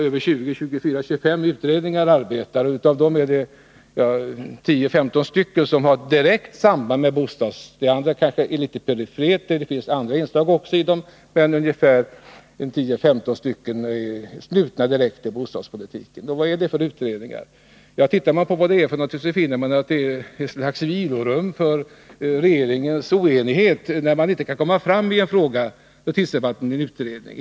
Det är 24, 25 utredningar som arbetar, och av dem är det 10-15 som har ett entydigt samband med bostadspolitiken. De andra arbetar kanske på litet mera perifera områden och har även andra inslag. Men ungefär 10—15 är direkt knutna till bostadspolitiken. Vad är det då för utredningar? Ja, det är så att säga ett slags vilrum för regeringens oenighet — när man inte kan komma fram i en fråga tillsätter man en utredning.